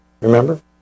Remember